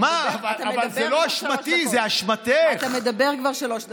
אתה מדבר כבר שלוש דקות.